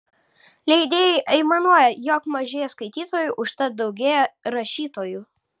leidėjai aimanuoja jog mažėja skaitytojų užtat daugėja rašytojų